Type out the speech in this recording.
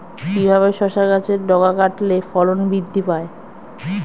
কিভাবে শসা গাছের ডগা কাটলে ফলন বৃদ্ধি পায়?